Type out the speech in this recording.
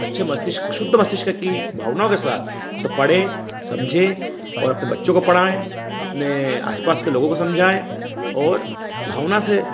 अच्छे मस्तिष्क शुद्ध मस्तिष्क की भावनाओं के साथ उसे पढें समझें और अपने बच्चों को पढ़ाएँ अपने आसपास के लोगों को समझाएँ और भावना से